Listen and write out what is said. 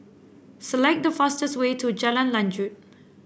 select the fastest way to Jalan Lanjut